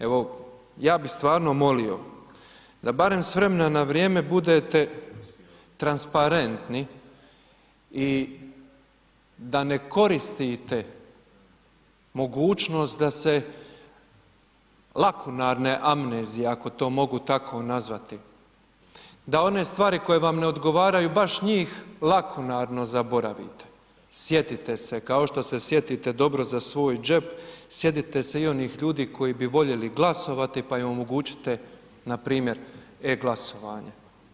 Evo, ja bi stvarno molio da barem s vremena na vrijeme budete transparentni i da ne koristite mogućnost da se lakunarne amnezije, ako to mogu tako nazvati, da one stvari koje vam ne odgovaraju baš njih lakunarno zaboravite, sjetite se kao što se sjetite dobro za svoj džep, sjetite se i onih ljudi koji bi voljeli glasovati, pa im omogućite npr. e-glasovanje.